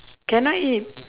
can I eat